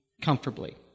comfortably